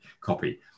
copy